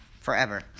forever